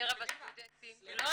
מקרב הסטודנטים --- אוקיי פנינה, הבנתי.